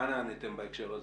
מה נעניתם בהקשר זה?